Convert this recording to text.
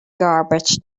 garbage